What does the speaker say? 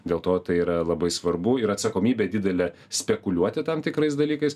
dėl to tai yra labai svarbu ir atsakomybė didelė spekuliuoti tam tikrais dalykais